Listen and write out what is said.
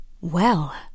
Well